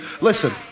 Listen